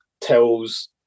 tells